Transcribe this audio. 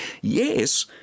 Yes